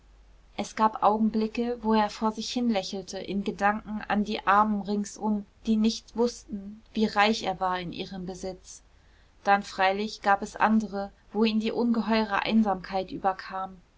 es gab augenblicke wo er vor sich hinlächelte in gedanken an die armen ringsum die nicht wußten wie reich er war in ihrem besitz dann freilich gab es andere wo ihn die ungeheure einsamkeit überkam